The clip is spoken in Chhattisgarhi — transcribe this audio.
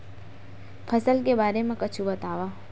फसल के बारे मा कुछु बतावव